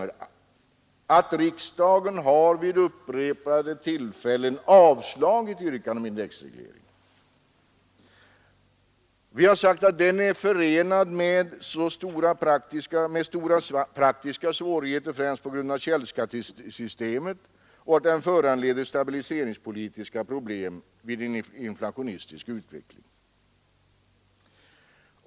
Riksdagen har ju vid upprepade tillfällen avslagit yrkanden om indexreglering därför att den är förenad med stora praktiska svårigheter främst på grund av källskattesystemet och därför att den föranleder stabiliseringspolitiska problem vid en inflationistisk utveckling.